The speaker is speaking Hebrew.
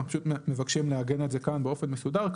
אנחנו פשוט מבקשים לעגן את זה כאן באופן מסודר.